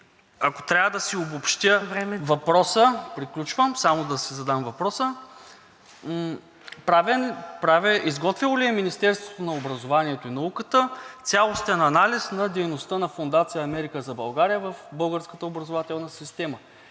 Времето. ДИМИТЪР ПАШЕВ: Приключвам, само да си задам въпроса. Изготвило ли е Министерството на образованието и науката цялостен анализ на дейността на Фондация „Америка за България“ в българската образователна система?